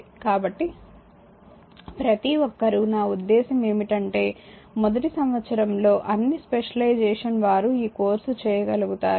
కాబట్టి ప్రతి ఒక్కరూ నా ఉద్దేశ్యం ఏమిటంటే మొదటి సంవత్సరంలో అన్ని స్పెషలైజెషన్ వారు ఈ కోర్స్ చేయగలుగుతారు